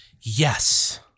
yes